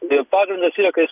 ir pagrindas yra kai